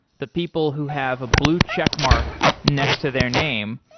the people who have a blue check mark next to their name,